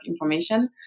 information